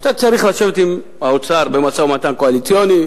כשאתה צריך לשבת עם האוצר במשא-ומתן קואליציוני,